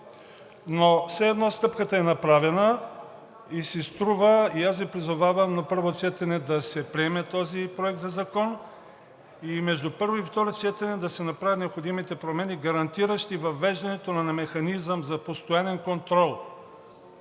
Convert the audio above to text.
Но все едно, стъпката е направена и си струва,и аз Ви призовавам на първо четене да се приеме този проект за закон. Между първо и второ четене да се направят необходимите промени, гарантиращи въвеждането на механизъм за постоянен контрол